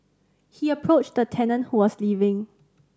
he approached a tenant who was leaving